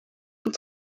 sont